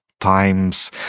times